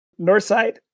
Northside